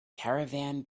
caravan